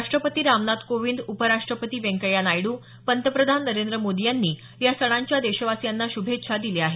राष्ट्रपती रामनाथ कोविंद उपराष्ट्रपती व्यंकय्या नायडू पंतप्रधान नरेंद्र मोदी यांनी या सणांच्या देशवासियांना श्रभेच्छा दिल्या आहेत